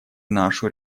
нашу